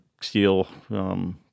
steel